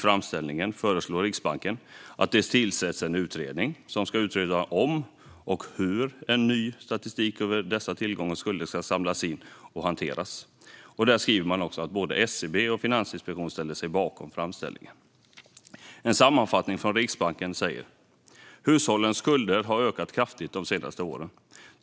I framställningen föreslår Riksbanken att det tillsätts en utredning som ska utreda om och hur ny statistik över dessa tillgångar och skulder ska samlas in och hanteras. Man skriver också att både SCB och Finansinspektionen ställer sig bakom framställningen. Riksbankens framställning säger i sammanfattning att hushållens skulder har ökat kraftigt de senaste åren.